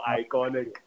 iconic